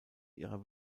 ihrer